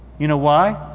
you know why?